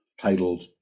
titled